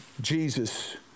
Jesus